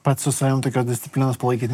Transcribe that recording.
pats su savim tokios disciplinos palaikyt